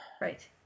Right